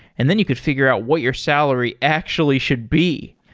and then you could figure out what your salary actually should be.